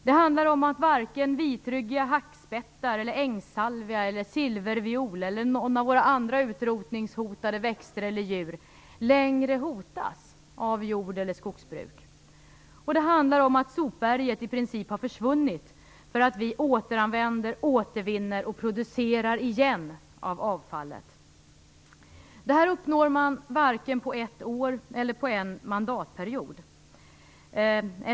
Det handlar om att varken vitryggig hackspett, ängssalvia, silverviol eller någon annan av våra utrotningshotade djur eller växter längre hotas av jord eller skogsbruk. Det handlar om att sopberget i princip har försvunnit, därför att vi återanvänder, återvinner och producerar igen av avfallet. Det här uppnår man varken på ett år eller på en mandatperiod.